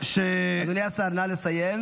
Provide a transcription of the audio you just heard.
--- אדוני השר, נא לסיים.